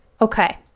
Okay